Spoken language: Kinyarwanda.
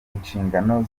inshingano